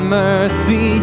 mercy